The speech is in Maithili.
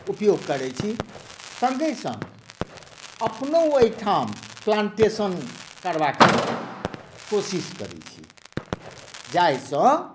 उपयोग करै छी सङ्गहि सङ्ग अपनो अहिठाम प्लान्टेशन करबाक कोशिश करै छी जाहिसँ